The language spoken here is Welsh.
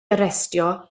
arestio